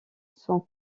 sont